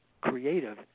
creative